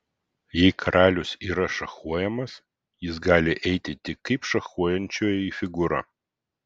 jei karalius yra šachuojamas jis gali eiti tik kaip šachuojančioji figūra